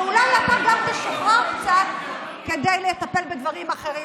ואולי אתה גם תשוחרר קצת כדי לטפל בדברים אחרים.